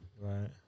Right